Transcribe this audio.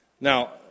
Now